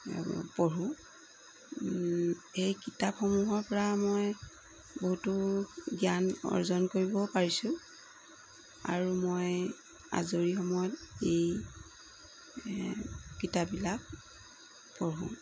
পঢ়ো সেই কিতাপসমূহৰ পৰা মই বহুতো জ্ঞান অৰ্জন কৰিবও পাৰিছো আৰু মই আজৰি সময়ত এই কিতাপবিলাক পঢ়ো